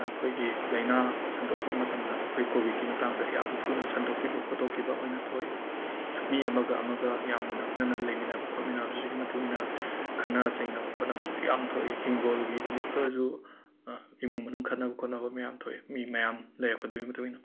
ꯑꯩꯈꯣꯏꯒꯤ ꯂꯩꯅꯥ ꯁꯟꯗꯣꯛꯄ ꯃꯇꯝꯗ ꯑꯩꯈꯣꯏ ꯀꯣꯕꯤꯠꯀꯤ ꯃꯇꯥꯡꯗ ꯌꯥꯝ ꯊꯨꯅ ꯁꯟꯗꯣꯛꯈꯤꯕ ꯈꯣꯠꯇꯣꯛꯈꯤꯕ ꯑꯣꯏꯅ ꯇꯧꯏ ꯃꯤ ꯑꯃꯒ ꯑꯃꯒ ꯌꯥꯝꯅ ꯅꯛꯅꯅ ꯂꯩꯃꯤꯟꯅꯕ ꯈꯣꯠꯃꯤꯟꯅꯕ ꯑꯁꯤꯒꯤꯁꯨ ꯃꯇꯨꯡ ꯏꯟꯅ ꯈꯠꯅ ꯆꯩꯅꯕ ꯈꯣꯠꯅꯕꯁꯨ ꯌꯥꯝ ꯊꯣꯛꯏ ꯍꯤꯡꯒꯣꯜꯒꯤꯗꯃꯛꯇꯁꯨ ꯏꯃꯨꯡ ꯃꯅꯨꯡ ꯈꯠꯅꯕ ꯈꯣꯠꯅꯕ ꯃꯌꯥꯝ ꯊꯣꯛꯏ ꯃꯤ ꯃꯌꯥꯝ ꯂꯩꯔꯛꯄꯗꯨꯒꯤ ꯃꯇꯨꯡ ꯏꯟꯅ